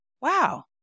wow